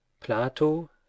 Plato